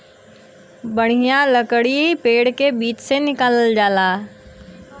बढ़िया लकड़ी पेड़ के बीच से निकालल जाला